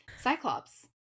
cyclops